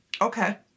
Okay